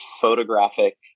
photographic